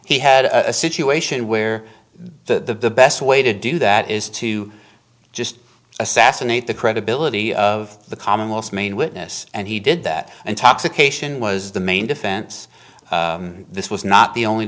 he had a situation where the best way to do that is to just assassinate the credibility of the commonwealth's main witness and he did that intoxication was the main defense this was not the only